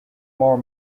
more